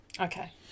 Okay